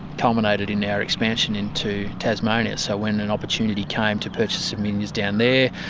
culminated into our expansion into tasmania. so when an opportunity came to purchase some vineyards down there,